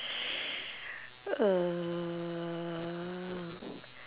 uhh